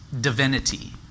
divinity